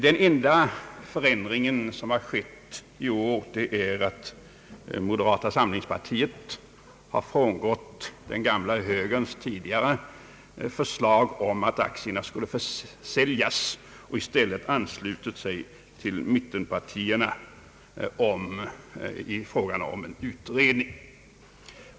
Den enda förändring som har skett i år är att moderata samlingspartiet frångått högerns tidigare förslag om försäljning av aktier och i stället anslutit sig till mittenpartiernas krav på en utredning.